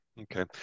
Okay